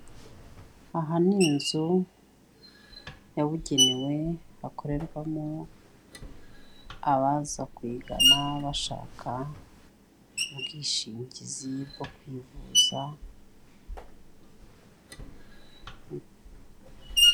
Aha ni inzu, yabugenewe, hakorerwamo, abaza kuyigana, bashaka ubwishingizi bwo kwivuza.